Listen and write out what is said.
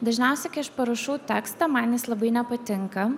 dažniausiai kai aš parašau tekstą man jis labai nepatinka